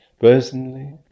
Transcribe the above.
Personally